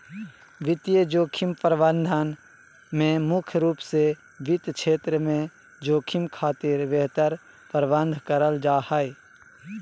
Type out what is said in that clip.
वित्तीय जोखिम प्रबंधन में मुख्य रूप से वित्त क्षेत्र में जोखिम खातिर बेहतर प्रबंध करल जा हय